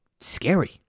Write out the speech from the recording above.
scary